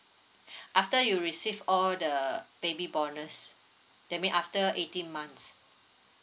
after you receive all the baby bonus that mean after eighteen months